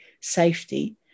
safety